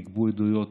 נגבו עדויות,